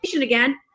again